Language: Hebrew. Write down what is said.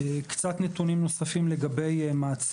קצת נתונים על מעצרים.